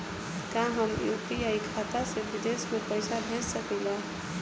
का हम यू.पी.आई खाता से विदेश में पइसा भेज सकिला?